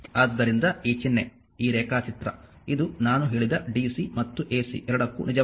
ಆದ್ದರಿಂದ ಈ ಚಿಹ್ನೆ ಈ ರೇಖಾಚಿತ್ರ ಇದು ನಾನು ಹೇಳಿದ DC ಮತ್ತು Ac ಎರಡಕ್ಕೂ ನಿಜವಾಗಿದೆ